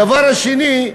הדבר השני,